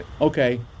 Okay